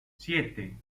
siete